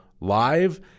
live